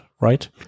right